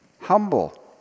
humble